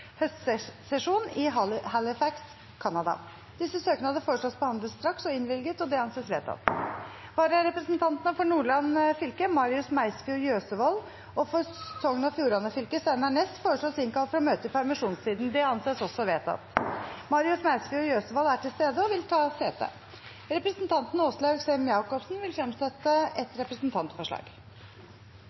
forsamlings høstsesjon i Halifax, Canada. Etter forslag fra presidenten ble enstemmig besluttet: Søknadene behandles straks og innvilges. Følgende vararepresentanter innkalles for å møte i permisjonstiden: For Nordland fylke: Marius Meisfjord J øsevold For Sogn og Fjordane fylke: Steinar Ness Marius Meisfjord Jøsevold er til stede og vil ta sete. Representanten Åslaug Sem-Jacobsen vil fremsette et representantforslag.